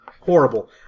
horrible